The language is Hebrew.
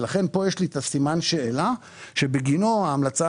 לכן כאן יש לי סימן שאלה שבגינו ההמלצה